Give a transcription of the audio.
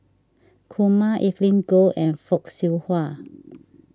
Kumar Evelyn Goh and Fock Siew Wah